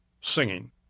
singing